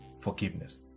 forgiveness